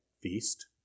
feast